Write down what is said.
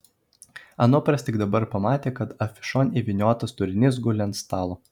anupras tik dabar pamatė kad afišon įvyniotas turinys guli ant stalo